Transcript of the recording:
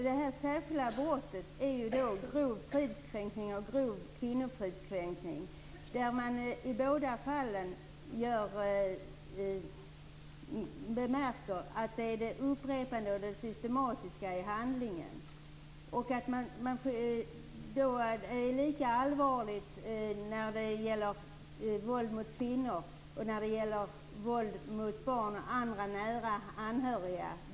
Herr talman! De särskilda brotten är grov fridskränkning och grov kvinnofridskränkning. I båda fallen betonas det upprepade och systematiska i handlingen. Det är lika allvarligt när det sker en systematisk kränkning av kvinnor som av barn och andra nära anhöriga.